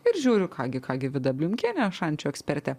ir žiūriu ką gi ką gi vida blinkienė šančių ekspertė